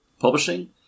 publishing